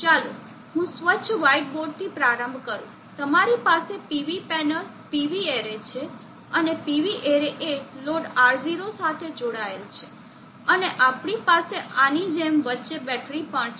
ચાલો હું સ્વચ્છ વ્હાઈટ બોર્ડથી પ્રારંભ કરું તમારી પાસે PV પેનલ PV એરે છે અને PV એરે એ લોડ R0 સાથે જોડાયેલ છે અને આપણી પાસે આની જેમ વચ્ચે બેટરી પણ છે